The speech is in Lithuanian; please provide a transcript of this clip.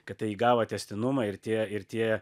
kad tai įgavo tęstinumą ir tie ir tie